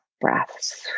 breaths